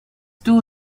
too